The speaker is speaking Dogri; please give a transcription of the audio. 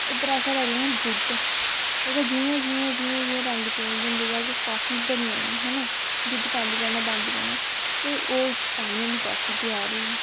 उप्पर असें पाई लैना दुद्ध ओह्दा जि'यां जि'यां जि'यां जि'यां रंग चेंज होंदे जाह्ग ओह् काफी बनी जानी हैना दुद्ध पांदे जाना पांदे जाना ते ओह् इक पानी आह्ली काफी त्यार होई गेई